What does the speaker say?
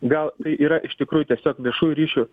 gal tai yra iš tikrųjų tiesiog viešųjų ryšių